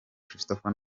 christopher